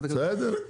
בסדר.